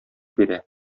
бирә